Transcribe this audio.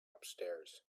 upstairs